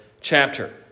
chapter